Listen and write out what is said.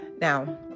Now